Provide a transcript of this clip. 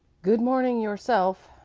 good-morning yourself,